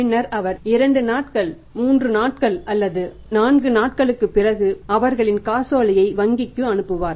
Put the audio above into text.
பின்னர் அவர் 2 நாட்கள் 3 நாட்கள் அல்லது 4 நாட்களுக்குப் பிறகு அவர்களின் காசோலையை வங்கிக்கு அனுப்புவார்